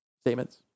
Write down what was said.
statements